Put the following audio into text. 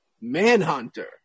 Manhunter